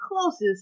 closest